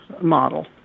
model